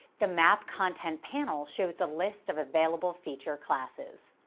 the map content panel shows the list of available feature classes.